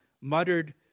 muttered